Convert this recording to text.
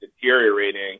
deteriorating